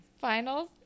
Finals